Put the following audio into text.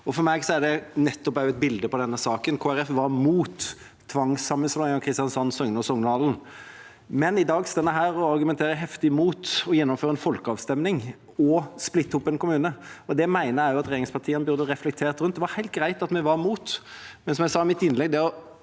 For meg er det nettopp et bilde på denne saken. Kristelig Folkeparti var mot tvangssammenslåing av Kristiansand, Søgne og Songdalen, men i dag står vi her og argumenterer heftig mot å gjennomføre en folkeavstemning og splitte opp en kommune. Det mener jeg regjeringspartiene burde reflektert rundt. Det var helt greit at vi var imot, men som jeg sa i mitt innlegg: